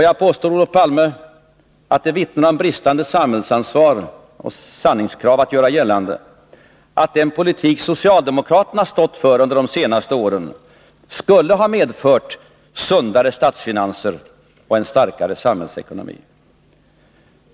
Jag påstår, Olof Palme, att det vittnar om bristande samhällsansvar och sanningskrav att göra gällande att den politik socialdemokraterna stått för under de senaste åren skulle ha medfört sundare statsfinanser och en starkare samhällsekonomi.